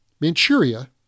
Manchuria